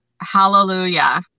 hallelujah